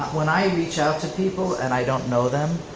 when i reach out to people and i don't know them,